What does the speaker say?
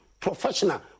Professional